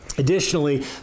Additionally